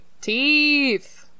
teeth